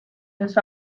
los